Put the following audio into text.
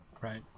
right